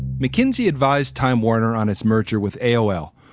mckinsey advised time warner on its merger with aol,